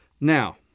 Now